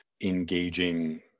engaging